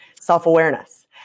self-awareness